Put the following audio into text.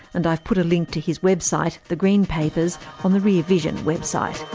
and i've put a link to his website, the green papers on the rear vision website.